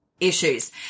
issues